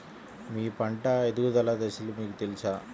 మీ పంట ఎదుగుదల దశలు మీకు తెలుసా?